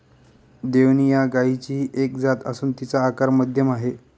देवणी या गायचीही एक जात असून तिचा आकार मध्यम आहे